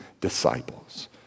disciples